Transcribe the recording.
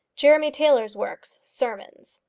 jeremy taylor's works. sermons.